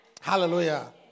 Hallelujah